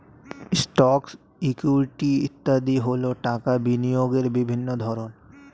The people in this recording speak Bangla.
স্টকস, ইকুইটি ইত্যাদি হল টাকা বিনিয়োগের বিভিন্ন ধরন